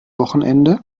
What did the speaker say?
wochenende